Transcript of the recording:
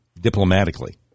diplomatically